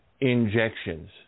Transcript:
injections